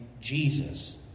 Jesus